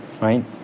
Right